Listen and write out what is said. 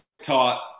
taught